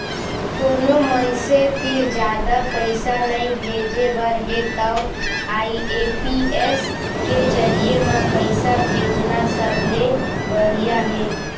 कोनो मनसे तीर जादा पइसा नइ भेजे बर हे तव आई.एम.पी.एस के जरिये म पइसा भेजना सबले बड़िहा हे